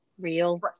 real